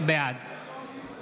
בעד